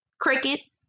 Crickets